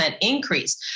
increase